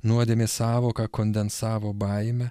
nuodėmės sąvoka kondensavo baimę